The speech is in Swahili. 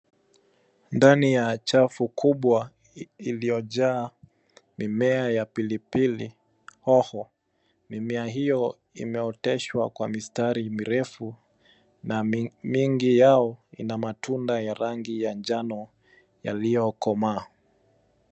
Ndani ya chafu kubwa iliyojaa mimea ya pilipili hoho, mimea hiyo imeoteshwa kwa mistari mirefu na mengi yao ina matunda ya rangi ya njano yaliyokomaa.